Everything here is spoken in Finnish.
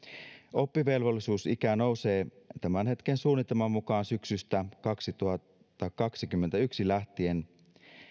oppivelvollisuusikä nousee tämän hetken suunnitelman mukaan syksystä kaksituhattakaksikymmentäyksi lähtien